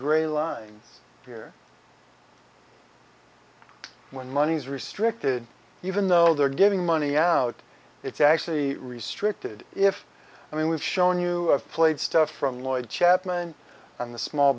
gray line here when money is restricted even though they're giving money out it's actually restricted if i mean we've shown you have played stuff from lloyd chapman and the small